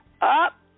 up